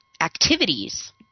activities